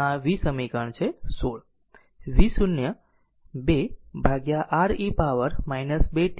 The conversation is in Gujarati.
આ v સમીકરણ છે 16 v 0 2 R e power 2 t τ તા